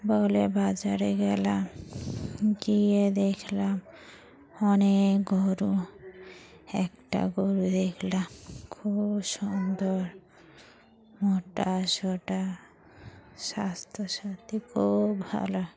বগলের বাজারে গেলাম গিয়ে দেখলাম অনেক গরু একটা গরু দেখলাম খুব সুন্দর মোটা সোটা স্বাস্থ্য সাথি খুব ভালো